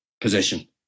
position